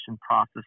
process